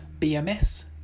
BMS